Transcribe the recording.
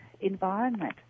environment